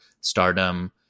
stardom